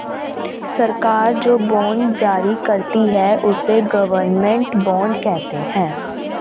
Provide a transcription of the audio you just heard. सरकार जो बॉन्ड जारी करती है, उसे गवर्नमेंट बॉन्ड कहते हैं